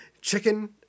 Chicken